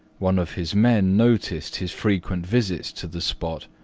one of his men noticed his frequent visits to the spot,